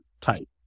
type